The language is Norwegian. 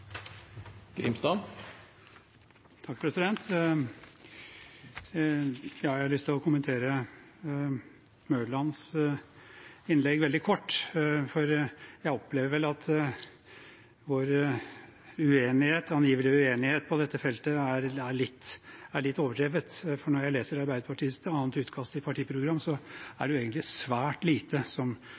å kommentere representanten Mørlands innlegg veldig kort, for jeg opplever vel at vår angivelige uenighet på dette feltet er litt overdrevet. Når jeg leser bl.a. Arbeiderpartiets utkast til partiprogram, er det egentlig svært lite som